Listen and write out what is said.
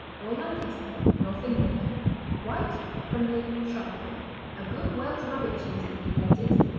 or lancaster north england white crumbly sharp a good welsh rabbit cheese if you can get it.